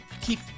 keep